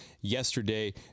yesterday